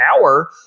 hour